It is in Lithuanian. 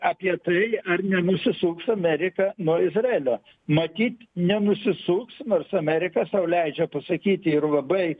apie tai ar nenusisuks amerika nuo izraelio matyt nenusisuks nors amerika sau leidžia pasakyti ir labai